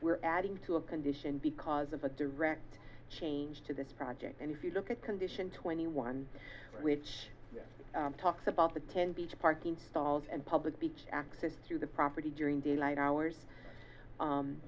we're adding to a condition because of a direct change to this project and if you look at condition twenty one which talks about the ten beach parking stalls and public beach access to the property during daylight hours